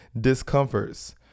discomforts